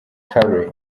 carey